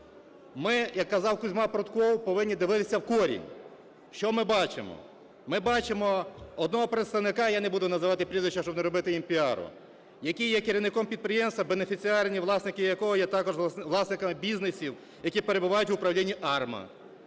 Ми, як казав Козьма Прутков, повинні дивитися в корінь. Що ми бачимо? Ми бачимо одного представника (я не буду називати прізвища, щоб не робити їм піару), який є керівником підприємства, бенефіціарні власники якого є також власниками бізнесів, які перебувають в управлінні АРМА.